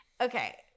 Okay